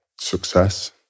success